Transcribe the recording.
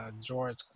George